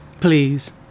please